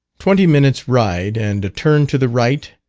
twenty minutes' ride, and a turn to the right,